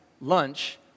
lunch